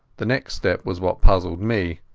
the next step was what puzzled me.